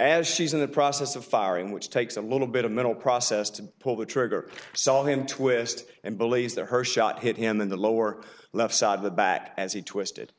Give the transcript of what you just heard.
as she's in the process of firing which takes a little bit of mental process to pull the trigger saw him twist and believes that her shot hit him in the lower left side of the back as he twisted